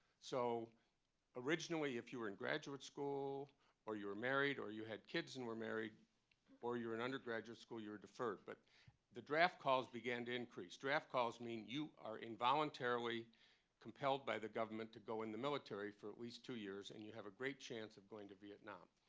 so originally, if you were in graduate school or you were married or you had kids and were married or you were in undergraduate school you were deferred. but the draft calls began to increase. draft calls mean you are involuntarily compelled by the government to go in the military for at least two years, and you have a great chance of going to vietnam.